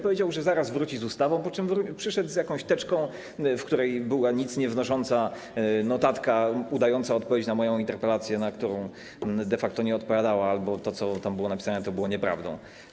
Powiedział, że zaraz wróci z ustawą, po czym przyszedł z jakąś teczką, w której była nic niewnosząca notatka udająca odpowiedź na moją interpelację, na którą de facto nie odpowiadała, albo to, co tam było napisane, było nieprawdą.